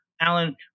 alan